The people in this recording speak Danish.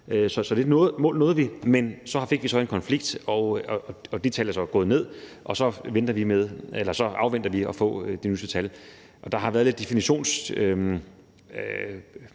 det mål nåede vi, men vi fik så en konflikt, og det tal er så gået ned, og så afventer vi at få de nyeste tal. Der har været lidt definitionsudfordringer